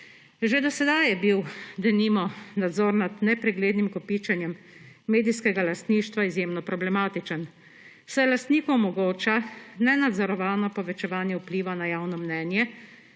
Že do sedaj je bil, denimo, nadzor nad nepreglednim kopičenjem medijskega lastništva izjemno problematičen, saj lastnikom omogoča nenadzorovano povečevanje vpliva na javno mnenje